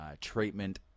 treatment